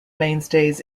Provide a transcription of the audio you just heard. mainstays